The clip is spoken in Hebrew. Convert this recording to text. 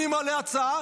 אני מעלה הצעה,